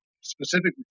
specifically